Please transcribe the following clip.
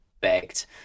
begged